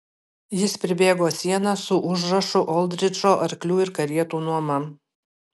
jis pribėgo sieną su užrašu oldridžo arklių ir karietų nuoma